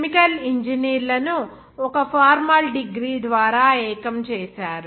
chemical ఇంజనీర్లను ఒక formal degree ద్వారా ఏకం చేశారు